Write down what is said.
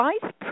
vice